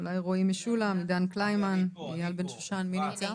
אולי רועי משולם או עידן קליימן, מי נמצא?